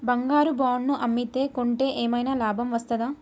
బంగారు బాండు ను అమ్మితే కొంటే ఏమైనా లాభం వస్తదా?